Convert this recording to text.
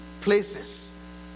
places